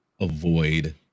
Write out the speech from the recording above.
avoid